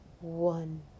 one